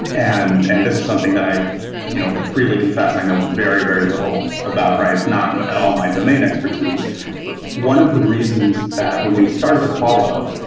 and and this is something that i you know freely confess i know very, very little about, right? it's not at all my domain expertise but one of the reasons that when we started apollo,